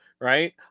right